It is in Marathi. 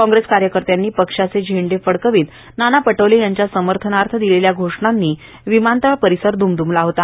काँग्रेस कार्यकर्त्यांनी पक्षाचे झेंडे फडकवित नाना पटोले यांचा समर्थनार्थ दिलेल्या घोषणांनी विमानतळ परिसर द्मद्मले होते